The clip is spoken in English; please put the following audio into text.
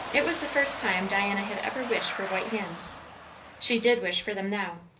it was the first time diana had ever wished for white hands she did wish for them now,